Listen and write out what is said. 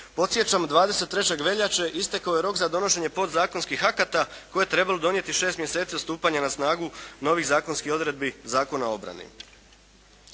Podsjećam, 23. veljače istekao je rok za donošenje podzakonskih akata koje je trebalo donijeti 6 mjeseci od stupanja na snagu novih zakonskih odredbi Zakona o obrani.